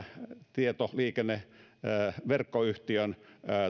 tietoliikenneverkkoyhtiön